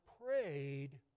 prayed